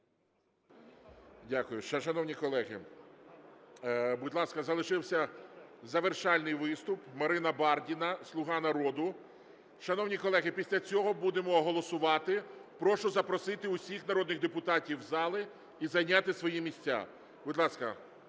Дякую. Шановні колеги, будь ласка, залишився завершальний виступ. Марина Бардіна, "Слуга народу". Шановні колеги, після цього будемо голосувати. Прошу запросити усіх народних депутатів в залу і зайняти свої місця. Будь ласка,